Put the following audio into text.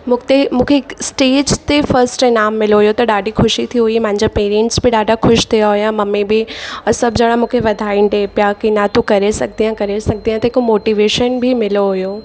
मुखिते मूंखे स्टेज ते फ़र्स्ट इनाम मिलियो हुयो त ॾाढी ख़ुशी थी हुई मुंहिंजा पेरेंट्स बि ॾाढा ख़ुशि थिया हुया मम्मी बि उहो सभु जणा मूंखे वाधायूं ॾियनि पिया कि न तू करे सघंदी आहियां करे सघंदी आहियां त हिकु मोटीवेशन बि मिलो हुयो